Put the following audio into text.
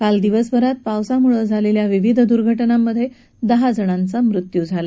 काल दिवसभरात पावसामुळे झालेल्या विविध दुर्घटनांमधे दहा जणांचा मृत्यू झाला